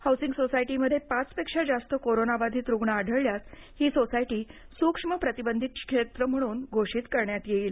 housing सोसायटीमध्ये पाचपेक्षा जास्त कोरोनाबाधित रुग्ण आढळल्यास ही सोसायटी सूक्ष्म प्रतिबंधित क्षेत्र म्हणून घोषित करण्यात येईल